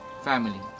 family